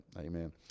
Amen